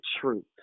truth